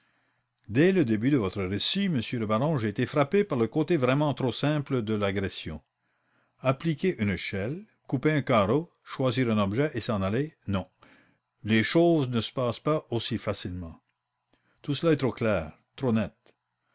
dès le début de votre récit monsieur le baron j'ai été frappé par le côté vraiment trop simple de l'agression appliquer une échelle couper un carreau choisir un objet et s'en aller non les choses ne se passent point aussi facilement tout cela était trop clair trop net